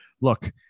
Look